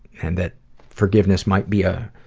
and that forgiveness might be a